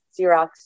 Xerox